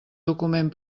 document